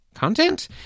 content